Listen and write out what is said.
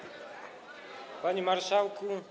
Panie Marszałku!